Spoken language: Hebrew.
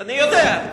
אני יודע.